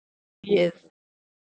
yes